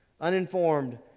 Uninformed